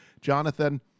Jonathan